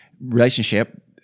relationship